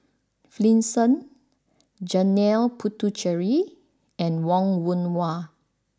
Finlayson Janil Puthucheary and Wong Yoon Wah